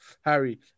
Harry